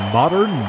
modern